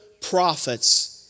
prophets